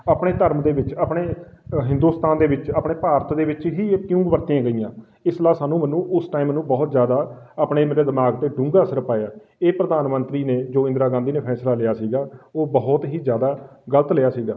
ਆਪਣੇ ਧਰਮ ਦੇ ਵਿੱਚ ਆਪਣੇ ਹਿੰਦੁਸਤਾਨ ਦੇ ਵਿੱਚ ਆਪਣੇ ਭਾਰਤ ਦੇ ਵਿੱਚ ਹੀ ਇਹ ਕਿਉਂ ਵਰਤੀਆਂ ਗਈਆਂ ਇਸ ਲਾ ਸਾਨੂੰ ਮੈਨੂੰ ਉਸ ਟਾਈਮ ਨੂੰ ਬਹੁਤ ਜ਼ਿਆਦਾ ਆਪਣੇ ਮੇਰੇ ਦਿਮਾਗ 'ਤੇ ਡੂੰਘਾ ਅਸਰ ਪਾਇਆ ਇਹ ਪ੍ਰਧਾਨ ਮੰਤਰੀ ਨੇ ਜੋ ਇੰਦਰਾ ਗਾਂਧੀ ਨੇ ਫੈਸਲਾ ਲਿਆ ਸੀਗਾ ਉਹ ਬਹੁਤ ਹੀ ਜ਼ਿਆਦਾ ਗਲਤ ਲਿਆ ਸੀਗਾ